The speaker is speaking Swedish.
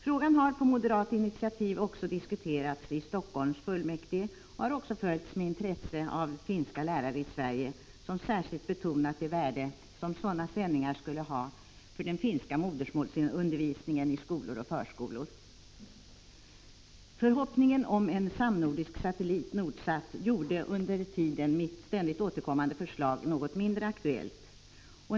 Frågan har på moderat initiativ diskuterats i Helsingforss kommunfullmäktige och också följts med intresse av finska lärare i Sverige, som särskilt betonat det värde som sådana sändningar skulle ha för den finska modersmålsundervisningen i skolor och förskolor. Förhoppningen om en samnordisk satellit, Nordsat, gjorde under en tid mitt ständigt återkommande förslag något mindre aktuellt.